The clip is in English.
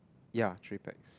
ya three pax